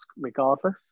regardless